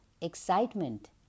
excitement